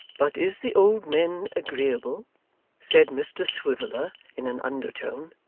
but is the old min agreeable said mr swiveller in an undertone.